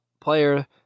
player